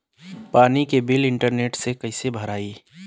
पानी के bill internet से कइसे भराई?